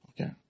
Okay